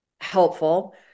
helpful